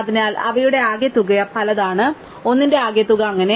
അതിനാൽ അവയുടെ ആകെത്തുക പലതാണ് ഒന്നിന്റെ ആകെത്തുക അങ്ങനെ